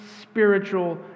spiritual